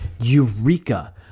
Eureka